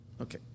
Okay